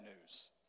news